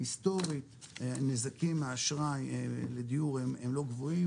היסטורית נזקים מהאשראי לדיור הם לא גבוהים,